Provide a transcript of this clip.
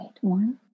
one